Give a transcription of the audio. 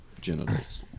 genitals